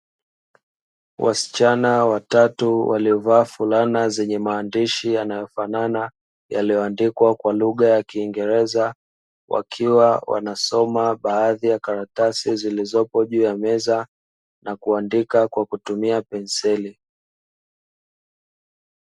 Wasichana watatu waliovaa fulana zenye maandishi yanayofanana yaliyoandikwa kwa lugha ya kiingereza, wakiwa wanasoma baadhi ya karatasi zilizopo juu ya meza na kuandika kwa kutumia penseli.